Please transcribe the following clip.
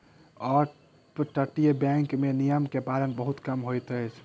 अपतटीय बैंक में नियम के पालन बहुत कम होइत अछि